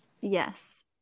Yes